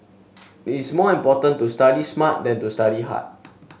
it is more important to study smart than to study hard